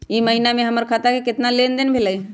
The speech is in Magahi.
ई महीना में हमर खाता से केतना लेनदेन भेलइ?